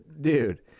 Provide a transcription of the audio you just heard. dude